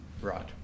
Right